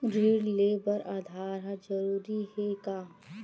ऋण ले बर आधार ह जरूरी हे का?